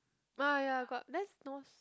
ah ya got that's nose